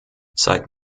seit